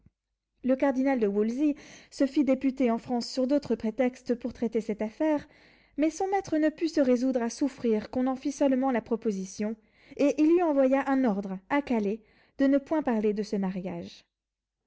le cardinal de wolsey se fit députer en france sur d'autres prétextes pour traiter cette affaire mais son maître ne put se résoudre à souffrir qu'on en fît seulement la proposition et il lui envoya un ordre à calais de ne point parler de ce mariage